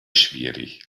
schwierig